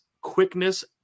quickness